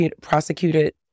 prosecuted